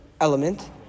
element